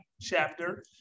Chapter